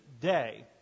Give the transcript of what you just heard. day